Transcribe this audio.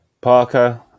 Parker